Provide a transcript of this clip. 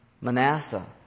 Manasseh